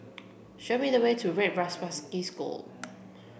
show me the way to Red Swastika School